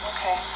Okay